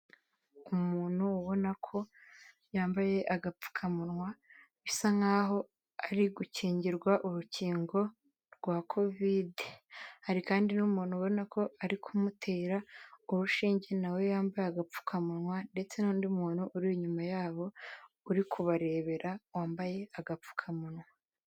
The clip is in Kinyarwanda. Umuntu ubona ko yambaye agapfukamunwa bisa nkaho ari gukingirwa urukingo rwa covide, hari kandi n'umuntu ubona ko ari kumutera urushinge nawe yambaye agapfukamunwa ndetse n'undi muntu uri inyuma yabo uri kubarebera wambaye agapfukamunwa.